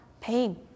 pain